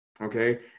Okay